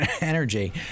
energy